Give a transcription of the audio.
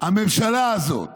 הממשלה הזאת